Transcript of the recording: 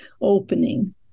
opening